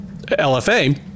LFA